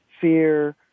fear